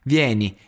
Vieni